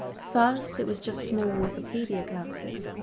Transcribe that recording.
first, it was just small wikipedia glances,